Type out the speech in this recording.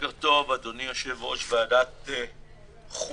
בוקר טוב, אדוני יושב-ראש ועדת חוקה.